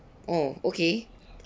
oh okay